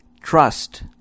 trust